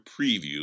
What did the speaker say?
preview